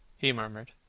he murmured,